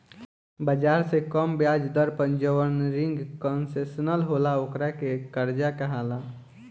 बाजार से कम ब्याज दर पर जवन रिंग कंसेशनल होला ओकरा के कर्जा कहाला